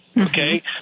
okay